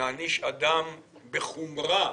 אדם בחומרה